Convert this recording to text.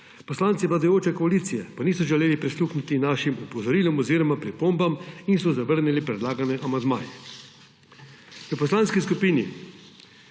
Poslanci vladajoče koalicije pa niso želeli prisluhniti naših opozorilom oziroma pripombam in so zavrnili predlagane amandmaje.